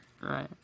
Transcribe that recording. Right